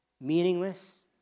meaningless